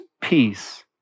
peace